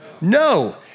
No